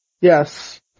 Yes